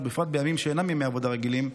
ובפרט בימים שאינם ימי עבודה רגילים.